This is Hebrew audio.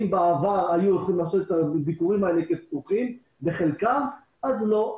ואם בעבר היו יכולים לעשות את הביקורים האלה פתוחים בחלקם אז כעת לא.